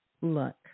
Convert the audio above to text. look